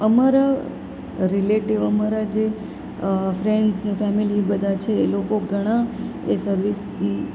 અમારા રીલેટિવ અમારા જે ફ્રેન્ડ્સ ને ફેમિલી બધા છે એ લોકો ઘણાએ સર્વિસ